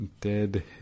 Dead